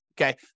okay